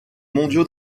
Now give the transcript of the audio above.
mondiaux